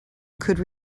could